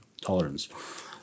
tolerance